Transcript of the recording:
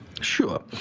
Sure